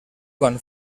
quan